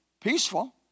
peaceful